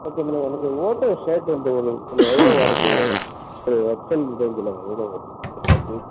okay madam எனக்கு ஓட்டோ shirt வந்து ஒரு ஒன்று எவ்வளோ வருது இது எக்ஸ் எல் இது மட்டும் சொல்லுங்கள் எவ்வளோ வருது பெர் பீஸ்